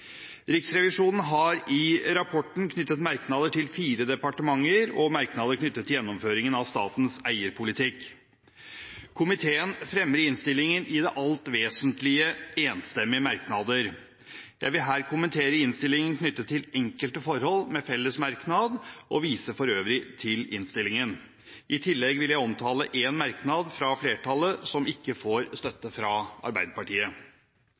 Riksrevisjonen har i rapporten knyttet merknader til fire departementer og til gjennomføringen at statens eierpolitikk. Komiteen fremmer i innstilingen i det alt vesentlige enstemmige merknader. Jeg vil her kommentere innstillingen knyttet til enkelte forhold med felles merknad, og viser for øvrig til innstillingen. I tillegg vil jeg omtale én merknad fra flertallet som ikke får støtte fra Arbeiderpartiet.